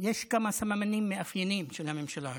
יש כמה סממנים מאפיינים של הממשלה הזאת.